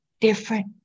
different